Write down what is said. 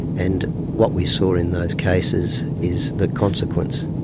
and what we saw in those cases is the consequence.